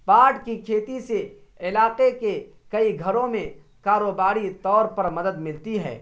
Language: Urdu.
پاٹ کی کھیتی سے علاقے کے کئی گھروں میں کاروباری طور پر مدد ملتی ہے